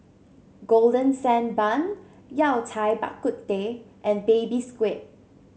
Golden Sand Bun Yao Cai Bak Kut Teh and Baby Squid